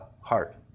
heart